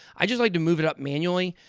i just like to move it up manually.